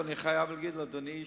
ואני חייב להגיד לאדוני,